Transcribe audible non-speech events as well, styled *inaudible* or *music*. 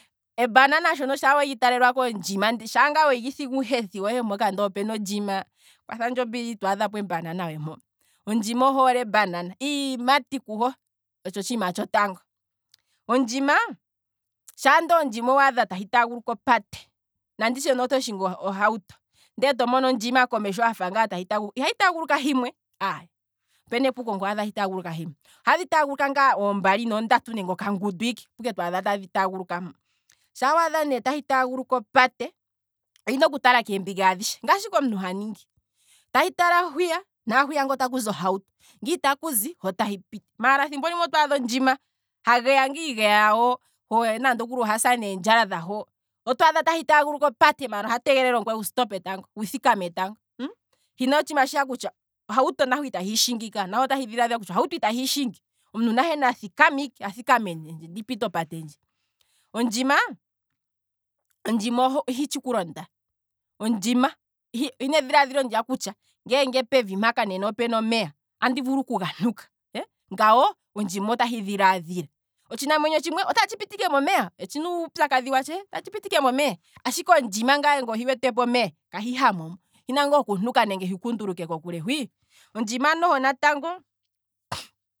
Ebanana sha weli ta lelwa kondjima, shaanga weli thigi uuhethi wohe mpoka ndele opena ondjima, kwathandje ombili itwaadhapo ebanana mpo, ondjima oyi hole ebanana, iiyimati kuho otsho otshiima tsho tango, ondjima, shaa wadha ondjima tahi taaguluka opate, nanditye ne oto shingi ohauto nde to mono ondjima hafa tahi taaguluka opate, iha hi taaguluka himwe, aye, opuna epuko ngele owadha tahi taaguluka himwe, hadhi taguluka ngaa ombali noondatu, nenge okangundu ike opoike twaadha tadhi taaguluka mpo, shaa wadha ne tahi taaguluka opate, ohina oku tala keembinga adhishe, ngaashi ike omuntu ha ningi, tahi tala hwiya naahwiya ngo taku zi ohauto, ngele itaku zi ho otahi piti, maala thimbo limwe otwadha ondjima ha geya ngaa igeya yaho, ho ohasa neendjala dhaho otwaadha tahi taaguluka opate otahi tege lele ongweye wustope, hina otshiima shiya kutya ohauto naho ita hiishingi ka, naho otahi dhilaadhila kutya ohauto ita hiishingi omuntu nahe na thikame ike athika menendje ndi pite opate ndji, ondjima, ondjima ohitshi okulonda, ondjima ohina edhilaadhilo ndiya kutya, ngeenge pevi mpaka nena opena omeya, andi vulu okuga ntuka, ondjima ahi dhilaadhila, otshinamwenyo tshimwe otatshi piti ike momeya, otshina uupyakadhi watshee, ashike ondjima ngeenge ohi wetepo omeya, ka hi hamo mo, ohina ngaa okuntuka nenge hi kunduluke kokule hwi, *noise*